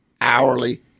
hourly